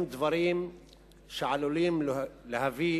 הם דברים שעלולים להביא